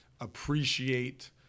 appreciate